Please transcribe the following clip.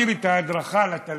מי שמעביר את ההדרכה לתלמידים,